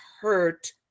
hurt